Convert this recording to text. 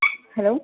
hello